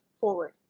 forward